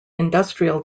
industrial